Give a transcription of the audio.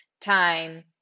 time